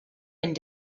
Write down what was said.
and